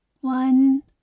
One